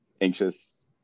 anxious